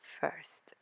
first